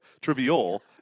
trivial